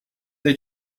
they